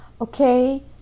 Okay